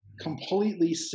completely